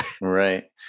Right